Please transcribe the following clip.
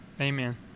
amen